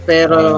Pero